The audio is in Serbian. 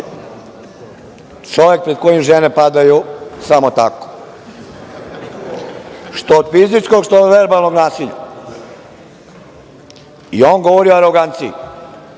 čovek pred kojim žene padaju samo tako, što od fizičkog, što od verbalnog nasilja. I on govori o aroganciji.